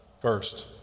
First